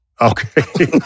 Okay